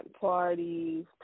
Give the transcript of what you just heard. parties